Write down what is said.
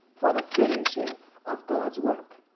for the finishing of god's work,